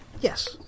Yes